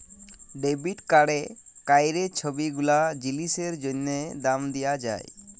debit কাড়ে ক্যইরে ছব গুলা জিলিসের জ্যনহে দাম দিয়া যায়